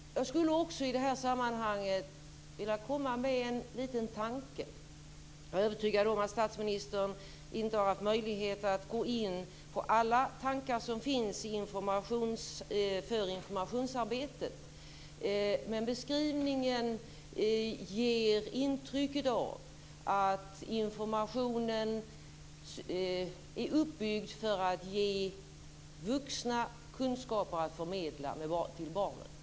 Jag skulle i det här sammanhanget också vilja komma med en liten tanke. Jag är övertygad om att statsministern inte har haft möjlighet att gå in på alla tankar som finns inför informationsarbetet, men beskrivningen ger intrycket att informationen är uppbyggd för att ge de vuxna kunskaper att förmedla till barnen.